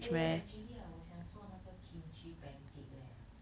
eh actually ah 我想做那个 kimchi pancake leh